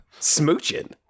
smooching